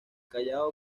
callao